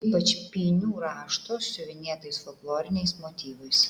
ypač pynių rašto siuvinėtais folkloriniais motyvais